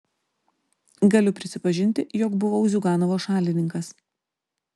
galiu prisipažinti jog buvau ziuganovo šalininkas